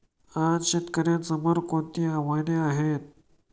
आज शेतकऱ्यांसमोर कोणती आव्हाने आहेत?